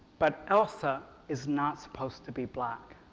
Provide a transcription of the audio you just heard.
but elsa is not supposed to be black.